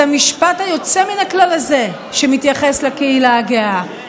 את המשפט היוצא-מן-הכלל הזה שמתייחס לקהילה הגאה,